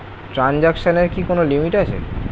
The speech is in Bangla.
ট্রানজেকশনের কি কোন লিমিট আছে?